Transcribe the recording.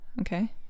okay